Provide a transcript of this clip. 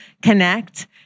connect